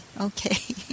okay